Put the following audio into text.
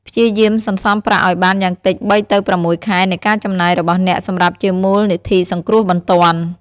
ព្យាយាមសន្សំប្រាក់ឱ្យបានយ៉ាងតិច ៣ ទៅ ៦ ខែនៃការចំណាយរបស់អ្នកសម្រាប់ជាមូលនិធិសង្គ្រោះបន្ទាន់។